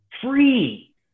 Free